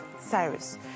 Cyrus